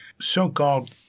so-called